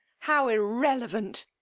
how irrelevant!